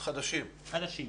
חדשים?